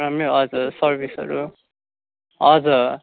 राम्रै हो हजुर सर्भिसहरू हजुर